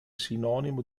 sinonimo